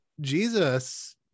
Jesus